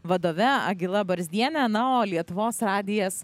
vadove agila barzdiene na o lietuvos radijas